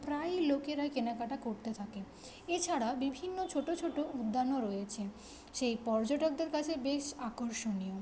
প্রায়ই লোকেরা কেনাকাটা করতে থাকে এছাড়া বিভিন্ন ছোট ছোট উদ্যানও রয়েছে সে পর্যটকদের কাছে বেশ আকর্ষণীয়